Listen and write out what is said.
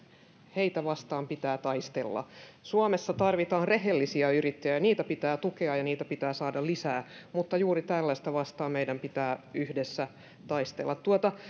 vastaan pitää taistella suomessa tarvitaan rehellisiä yrittäjiä niitä pitää tukea ja niitä pitää saada lisää mutta juuri tällaista vastaan meidän pitää yhdessä taistella